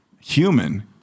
human